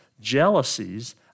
jealousies